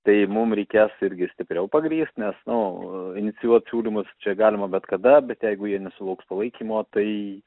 tai mum reikės irgi stipriau pagrįst nes nu inicijuot siūlymus čia galima bet kada bet jeigu jie nesulauks palaikymo tai